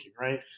right